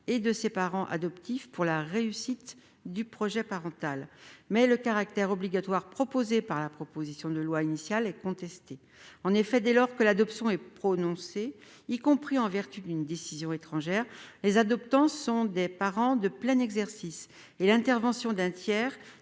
et de ses parents adoptifs pour la réussite du projet parental, mais le caractère obligatoire prévu dans la proposition de loi initiale est contesté. En effet, dès lors que l'adoption est prononcée, y compris en vertu d'une décision étrangère, les adoptants sont des parents de plein exercice et l'intervention d'un tiers